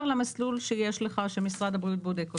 למסלול שיש לך שמשרד הבריאות בודק אותך,